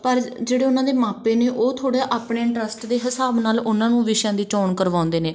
ਪਰ ਜਿਹੜੇ ਉਹਨਾਂ ਦੇ ਮਾਪੇ ਨੇ ਉਹ ਥੋੜ੍ਹਾ ਆਪਣੇ ਇੰਟਰਸਟ ਦੇ ਹਿਸਾਬ ਨਾਲ ਉਹਨਾਂ ਨੂੰ ਵਿਸ਼ਿਆਂ ਦੀ ਚੋਣ ਕਰਵਾਉਂਦੇ ਨੇ